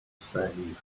same